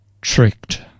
Tricked